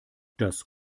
das